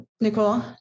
Nicole